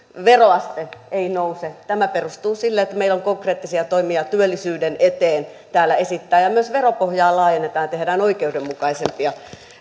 veroaste ei nouse tämä perustuu sille että meillä on konkreettisia toimia työllisyyden eteen täällä esittää myös veropohjaa laajennetaan ja tehdään oikeudenmukaisempia